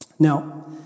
Now